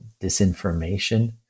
disinformation